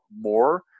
more